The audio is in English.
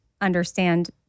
understand